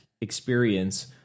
experience